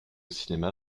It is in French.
cinéma